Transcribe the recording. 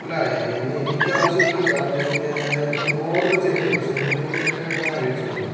അല്ല ഇനി എനിക്ക് ആവശ്യമില്ല കാരണമെന്ന് വച്ചു കഴിഞ്ഞാൽ ഞാന് ഒന്ന് ഓഡറു ചെയ്തു പക്ഷേ നിങ്ങള് എനിക്ക് തെറ്റായിട്ടാണ് അയച്ചു തന്നത്